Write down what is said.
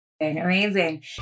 Amazing